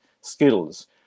skills